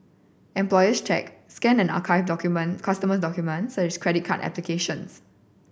employees check scan and archive document customer documents such as credit card applications